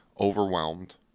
overwhelmed